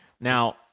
Now